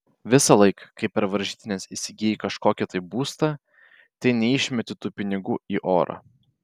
visąlaik kai per varžytines įsigyji kažkokį tai būstą tai neišmeti tų pinigų į orą